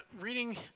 reading